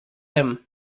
him